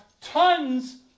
tons